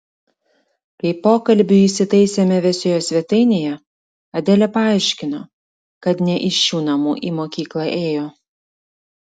kai pokalbiui įsitaisėme vėsioje svetainėje adelė paaiškino kad ne iš šių namų į mokyklą ėjo